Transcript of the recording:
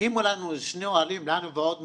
הקימו לנו שני אוהלים, לנו ולעוד משפחה,